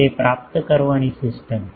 તે પ્રાપ્ત કરવાની સિસ્ટમ છે